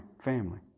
family